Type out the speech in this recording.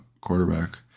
quarterback